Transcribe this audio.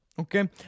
Okay